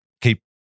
keep